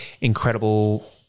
incredible